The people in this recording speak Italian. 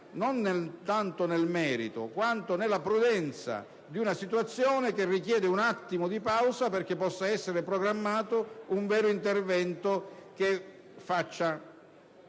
non tanto nel merito, quanto nella prudenza di una situazione che richiede un momento di pausa perché possa essere programmato un vero intervento che metta